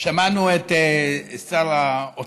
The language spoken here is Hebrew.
גברתי היושבת-ראש, שמענו את שר האוצר